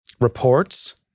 reports